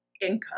income